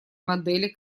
модели